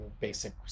basic